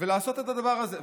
לעשות את הדבר הזה,